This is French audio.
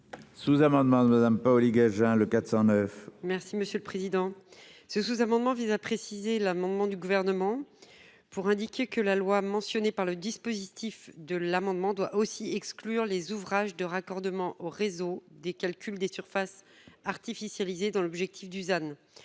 Sous-amendement Madame Paoli-Gagin le 409. Merci monsieur le président. Ce sous-amendement vise à préciser l'amendement du gouvernement. Pour indiquer que la loi mentionné par le dispositif de l'amendement doit aussi exclure les ouvrages de raccordement au réseau des calculs, des surfaces artificialisées dans l'objectif Dusan.